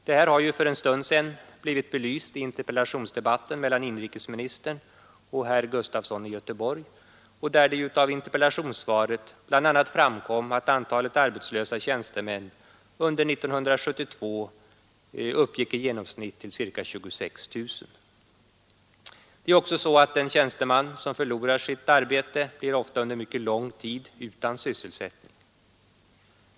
Det här har ju för en stund sedan blivit belyst i interpellationsdebatten mellan inrikesministern och herr Gustafson i Göteborg, varvid det av interpellationssvaret bl.a. framgick att antalet arbetslösa tjänstemän under 1972 uppgick till i genomsnitt ca 26 000. Det är ju också så att en tjänsteman som förlorar sitt arbete ofta under mycket lång tid blir utan sysselsättning.